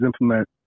implement